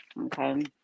okay